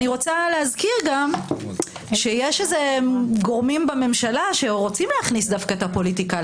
אני רוצה להזכיר שיש גורמים בממשלה שדווקא רוצים להכניס את הפוליטיקה,